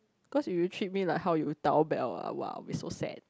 cause if you treat me like how you dao Belle ah !wow! I'll be so sad